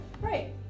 Right